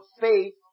faith